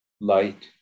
light